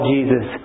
Jesus